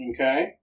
Okay